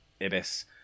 Ibis